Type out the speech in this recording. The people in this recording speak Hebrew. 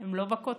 הם לא בכותרות.